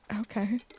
Okay